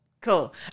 cool